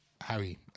Harry